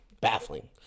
Baffling